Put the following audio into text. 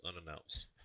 unannounced